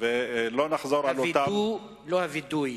ולא נחזור, וידוא, לא וידוי.